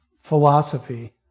philosophy